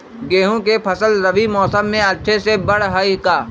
गेंहू के फ़सल रबी मौसम में अच्छे से बढ़ हई का?